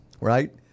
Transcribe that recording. Right